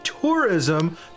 tourism